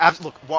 Look